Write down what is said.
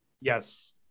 Yes